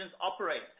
operate